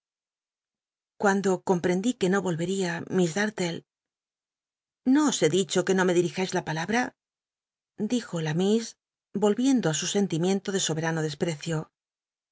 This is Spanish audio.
cuando compr'cndí que no vohcria mi darlle no os he dicho que no me dil'ijais la palabra dijo la miss olvicnao su sentimiento de soberano desprecio